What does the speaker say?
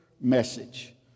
message